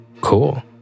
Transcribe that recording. Cool